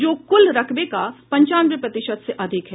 जो कुल रकबे का पंचानवे प्रतिशत से अधिक है